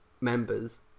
members